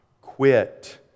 quit